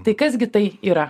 tai kas gi tai yra